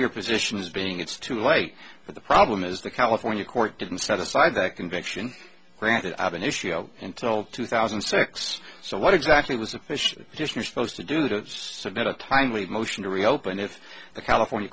your position is being it's too late but the problem is the california court didn't satisfy that conviction granted i have an issue of until two thousand and six so what exactly was officially just you're supposed to do to submit a timely motion to reopen if the california